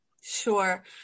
Sure